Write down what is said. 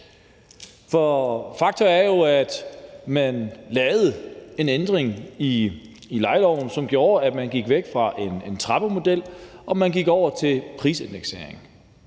fakta er jo, at man lavede en ændring i lejeloven, som gjorde, at man gik væk fra en trappemodel og over til prisindeksering.